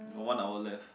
one hour left